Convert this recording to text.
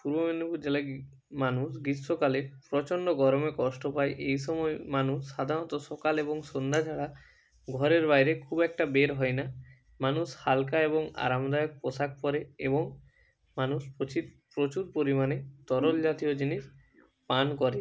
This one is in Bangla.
পূর্ব মেদিনীপুর জেলায় মানুষ গ্রীষ্মকালে প্রচণ্ড গরমে কষ্ট পায় এই সময় মানুষ সাধারণত সকাল এবং সন্ধ্যা ছাড়া ঘরের বাইরে খুব একটা বের হয় না মানুষ হালকা এবং আরামদায়ক পোশাক পরে এবং মানুষ প্রচুর পরিমাণে তরল জাতীয় জিনিস পান করে